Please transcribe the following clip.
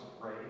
pray